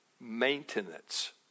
maintenance